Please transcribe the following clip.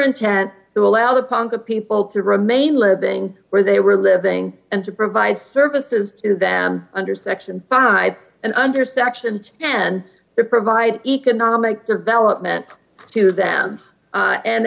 intent to allow the punk of people to remain living where they were living and to provide services to them under section five and under section and to provide economic development to them